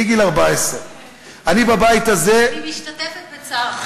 מגיל 14. אני בבית הזה, אני משתתפת בצערך.